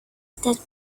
that